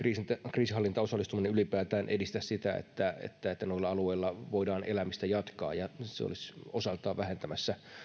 kriisinhallintaosallistuminen ylipäätään edistä sitä että että noilla alueella voidaan elämistä jatkaa ja eikö se olisi osaltaan vähentämässä